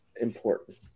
important